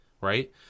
right